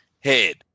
head